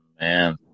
Man